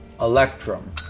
electrum